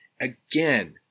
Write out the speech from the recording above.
again